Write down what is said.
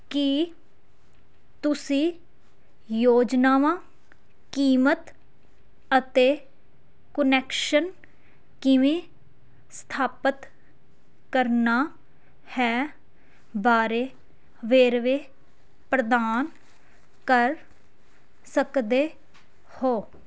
ਕੀ ਤੁਸੀਂ ਯੋਜਨਾਵਾਂ ਕੀਮਤ ਅਤੇ ਕੁਨੈਕਸ਼ਨ ਕਿਵੇਂ ਸਥਾਪਤ ਕਰਨਾ ਹੈ ਬਾਰੇ ਵੇਰਵੇ ਪ੍ਰਦਾਨ ਕਰ ਸਕਦੇ ਹੋ